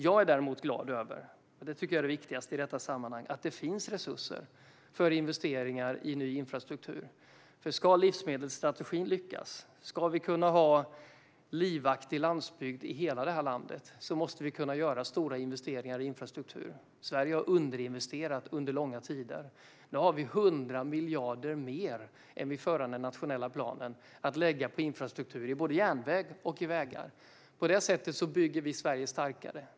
Jag är däremot glad över, och det tycker jag är det viktigaste i detta sammanhang, att det finns resurser för investeringar i ny infrastruktur. Ska livsmedelsstrategin lyckas och ska vi kunna ha en livaktig landsbygd i hela landet måste vi kunna göra stora investeringar i infrastruktur. Sverige har underinvesterat under långa tider. Nu har vi 100 miljarder mer än vid den förra nationella planen att lägga på infrastruktur i både järnväg och vägar. På det sättet bygger vi Sverige starkare.